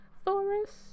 forest